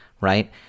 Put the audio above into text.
right